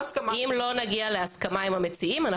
אם לא נגיע להסכמה עם המציעים,